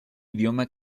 idioma